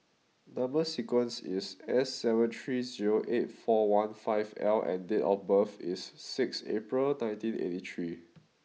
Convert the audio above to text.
number sequence is S seven three zero eight four one five L and date of birth is sixth April nineteen eighty three